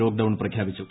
lockdown പ്രഖ്യാപിച്ചു